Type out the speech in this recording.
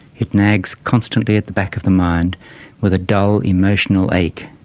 it nags constantly at the back of the mind with a dull, emotional ache,